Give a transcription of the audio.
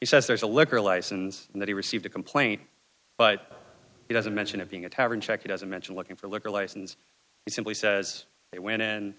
he says there's a liquor license and that he received a complaint but he doesn't mention it being a tavern check he doesn't mention looking for a liquor license he simply says they went in